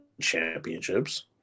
championships